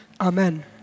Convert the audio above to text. Amen